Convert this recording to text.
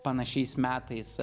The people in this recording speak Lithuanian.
panašiais metais